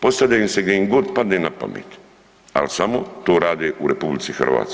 Postavlja im se gdje im god padne na pamet, ali samo to rade u RH.